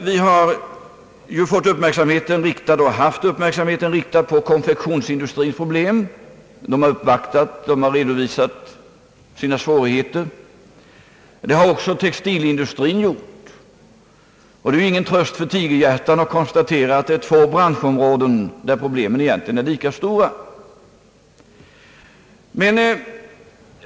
Vi har haft och har fått uppmärksamheten riktad på konfektionsindustrins problem — man har uppvaktat och redovisat sina svårigheter. Detta har också textilindustrin gjort — och det är ju ingen tröst för tigerhjärtan att konstatera att dessa två branschområden egentligen har lika stora problem.